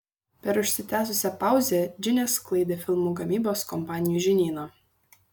per užsitęsusią pauzę džinė sklaidė filmų gamybos kompanijų žinyną